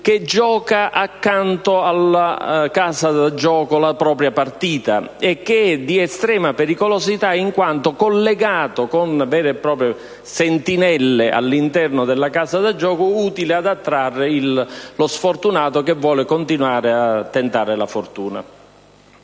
che gioca accanto alla casa da gioco la propria partita. Esso è estremamente pericoloso, in quanto è collegato con vere e proprie sentinelle all'interno della casa da gioco utili ad attrarre lo sfortunato che vuole continuare a tentare la fortuna.